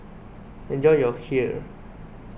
enjoy your Kheer